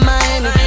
Miami